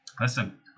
Listen